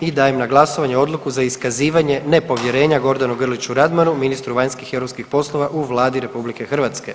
I dajem na glasovanje Odluku za iskazivanje nepovjerenja Gordanu Grliću Radmanu, ministru vanjskih i europskih poslova u Vladi RH.